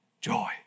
joy